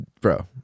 bro